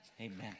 amen